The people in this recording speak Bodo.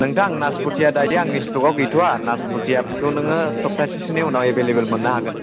नोंथां नासप'तिआ दायो आंनि स्ट'कआव गैथ'आ नासप'तिआ थ' नोङो सप्ताहसेसोनि उनाव एभेलेबोल मोननो हागोन